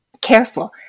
careful